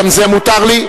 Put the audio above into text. גם זה מותר לי.